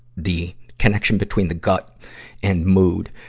the connection between the gut and mood.